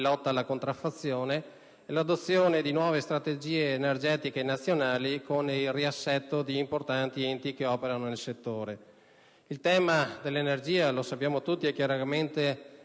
lotta alla contraffazione e adozione di nuove strategie energetiche nazionali, con il riassetto di importanti enti che operano nel settore. Il tema dell'energia, come tutti sappiamo,